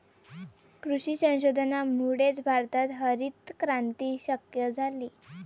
कृषी संशोधनामुळेच भारतात हरितक्रांती शक्य झाली